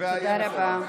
תודה רבה.